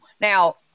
Now